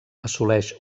assoleix